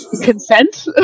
consent